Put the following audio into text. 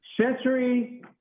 Century